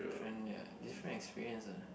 different ya different experience ah